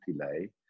delay